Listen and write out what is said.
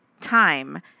time